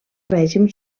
règim